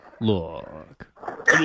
Look